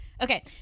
Okay